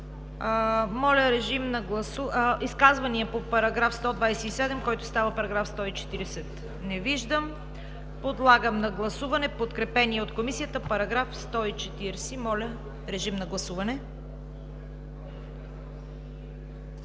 Моля, режим на гласуване